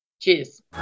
Cheers